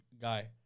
guy